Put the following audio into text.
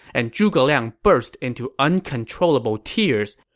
and zhuge liang burst into uncontrollable tears,